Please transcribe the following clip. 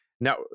now